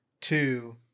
Two